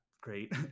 great